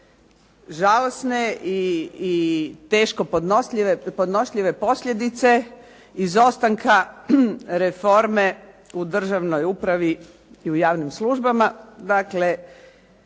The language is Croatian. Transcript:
žalosne i teško podnošljive posljedice izostanka reforme u državnoj upravi i u javnim službama.